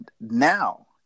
now